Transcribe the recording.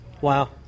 Wow